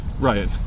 right